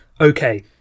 Okay